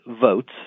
votes